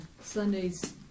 Sunday's